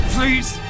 Please